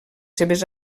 seves